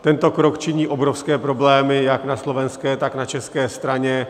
Tento krok činí obrovské problémy jak na slovenské, tak na české straně.